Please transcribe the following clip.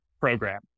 program